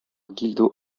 guildo